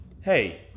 hey